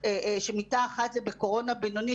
שמיטה אחת היא בקורונה בינוני,